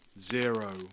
zero